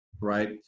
right